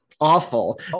awful